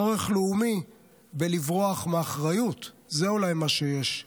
צורך לאומי בלברוח מאחריות, זה אולי מה שיש.